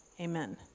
Amen